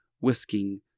whisking